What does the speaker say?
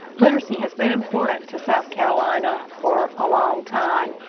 literacy has been important to south carolina for a long time.